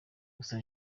gusa